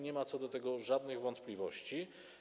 Nie ma co do tego żadnych wątpliwości.